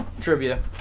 Trivia